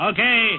Okay